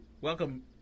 welcome